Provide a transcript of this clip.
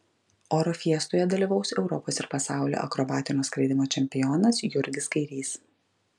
oro fiestoje dalyvaus europos ir pasaulio akrobatinio skraidymo čempionas jurgis kairys